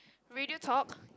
radio talk